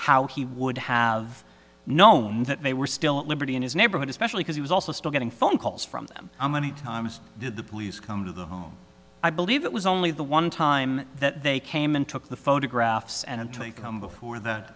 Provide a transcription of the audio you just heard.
how he would have known that they were still at liberty in his neighborhood especially because he was also still getting phone calls from them how many times did the police come to the home i believe it was only the one time that they came and took the photographs and until they come before th